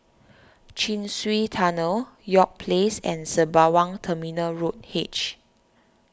Chin Swee Tunnel York Place and Sembawang Terminal Road H